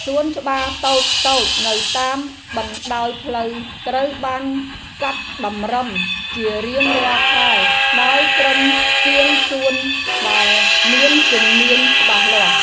សួនច្បារតូចៗនៅតាមបណ្តោយផ្លូវត្រូវបានកាត់តម្រឹមជារៀងរាល់ខែដោយក្រុមជាងសួនដែលមានជំនាញច្បាស់លាស់។